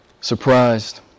surprised